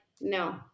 no